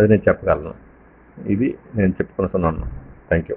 ఇది నేను చెప్పగలను ఇది నేను చెప్పుకొనుచున్నాను థ్యాంక్ యూ